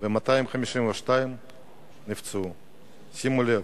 ונפצעו 252. שימו לב: